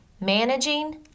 Managing